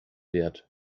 wird